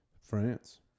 France